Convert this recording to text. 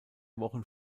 wochen